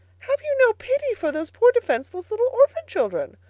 have you no pity for those poor defenseless little orphan children?